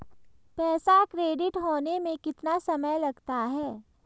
पैसा क्रेडिट होने में कितना समय लगता है?